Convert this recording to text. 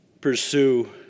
pursue